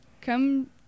come